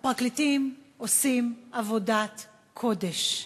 הפרקליטים עושים עבודת קודש,